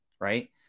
Right